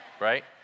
right